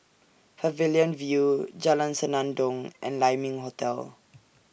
Pavilion View Jalan Senandong and Lai Ming Hotel